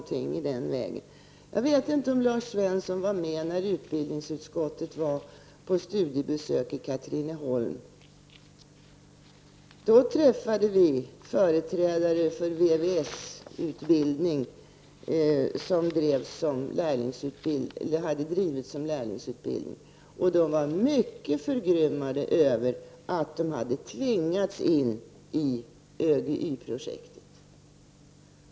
Jag vet inte om Lars Svensson var med när utbildningsutskottet var på studiebesök i Katrineholm. Vi träffade då företrädare för VVS-utbildningen, som hade drivits som lärlingsutbildning. De var mycket förgrymmade över att de hade tvingats in i ÖGY-projektet.